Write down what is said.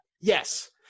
Yes